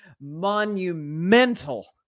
monumental